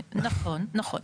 נכון, נכון.